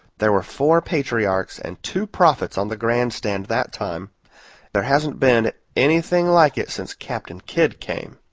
there were four patriarchs and two prophets on the grand stand that time there hasn't been anything like it since captain kidd came